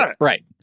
right